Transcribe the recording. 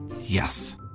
Yes